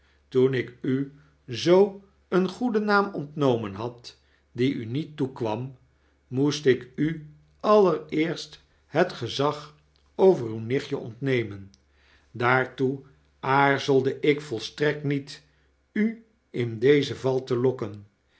toen ik u zoo een goeden naam ontnomen had die u niet toekwam moest ik u allereerst het gezag over uw nichtje ontnemen daartoe aarzelde ikvoistrekt niet u in deze val te lokken